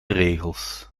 regels